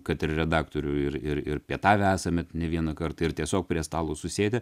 kad ir redaktorių ir ir ir pietavę esame ne vieną kartą ir tiesiog prie stalo susėdę